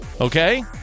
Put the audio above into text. Okay